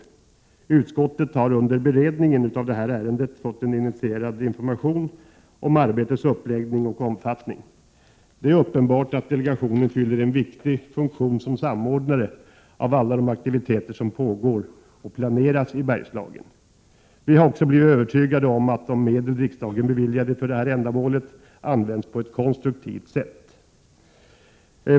Utskottet har under beredningen av detta ärende fått en initierad information om arbetets uppläggning och omfattning. Det är uppenbart att delegationen fyller en viktig funktion som samordnare av alla de aktiviteter som pågår och planeras i Bergslagen. Vi har också blivit övertygade om att de medel som riksdagen beviljat för detta ändamål används på ett konstruktivt sätt.